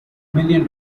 million